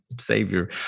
savior